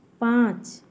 पाँच